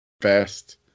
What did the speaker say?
best